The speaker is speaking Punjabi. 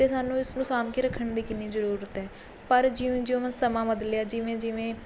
ਅਤੇ ਸਾਨੂੰ ਇਸਨੂੰ ਸਾਂਭ ਕੇ ਰੱਖਣ ਦੀ ਕਿੰਨੀ ਜ਼ਰੂਰਤ ਹੈ ਪਰ ਜਿਉਂ ਜਿਉਂ ਸਮਾਂ ਬਦਲਿਆ ਜਿਵੇਂ ਜਿਵੇਂ